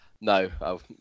no